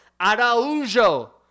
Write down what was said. Araujo